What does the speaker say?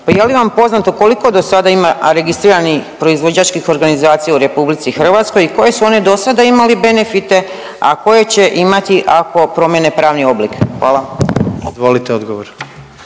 Pa je li vam poznato koliko do sada ima registriranih proizvođačkih organizacija u Republici Hrvatskoj i koje su one do sada imali benefite, a koje će imati ako promijene pravni oblik? Hvala. **Jandroković,